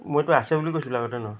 মইতো আছে বুলি কৈছিলোঁ আগতে ন